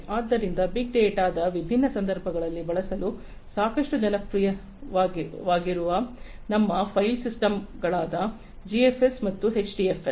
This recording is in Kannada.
ಆದ್ದರಿಂದ ಬಿಗ್ ಡೇಟಾದ ವಿಭಿನ್ನ ಸಂದರ್ಭಗಳಲ್ಲಿ ಬಳಸಲು ಸಾಕಷ್ಟು ಜನಪ್ರಿಯವಾಗಿರುವ ನಮ್ಮ ಫೈಲ್ ಸಿಸ್ಟಮ್ಗಳಾದ ಜಿಎಫ್ಎಸ್ ಮತ್ತು ಎಚ್ಡಿಎಫ್ಎಸ್